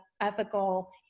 ethical